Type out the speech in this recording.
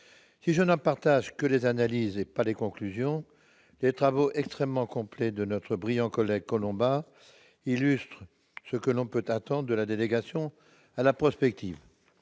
si je n'en partage que les analyses et pas les conclusions, j'estime que les travaux extrêmement complets de notre brillant collègue Collombat illustrent ce que l'on peut attendre de la délégation à la prospective